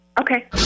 Okay